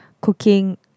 cooking